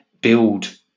build